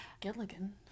Gilligan